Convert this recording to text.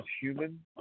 human